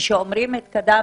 כשאתה אומר " התקדמנו".